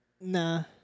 Nah